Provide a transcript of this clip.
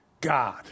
God